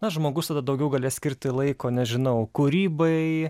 na žmogus tada daugiau galės skirti laiko nežinau kūrybai